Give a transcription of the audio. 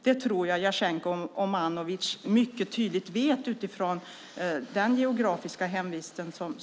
Detta tror jag att Jasenko Omanovic vet utifrån sin geografiska hemvist.